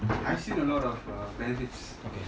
I've seen a lot of benefits